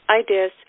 ideas